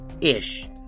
ish